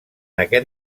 aquest